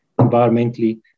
environmentally